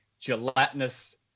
gelatinous